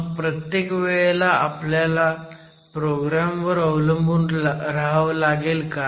मग प्रत्येक वेळेला आपल्याला प्रोग्रॅम वर अवलंबून रहावं लागेल का